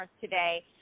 today